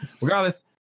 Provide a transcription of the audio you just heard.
Regardless